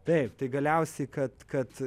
taip tai galiausiai kad kad